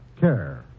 CARE